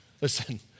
Listen